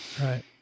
Right